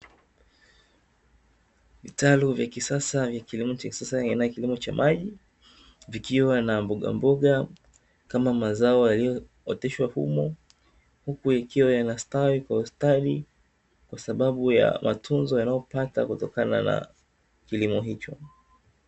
Vitalu vya kisasa vya kilimo cha kisasa aina ya kilimo cha maji, vikiwa na mbogamboga kama mazao yaliyooteshwa humo, huku yakiwa yanastawi kwa ustadi kwa sababu ya matunzo yanayopata kutokana na kilimo hicho.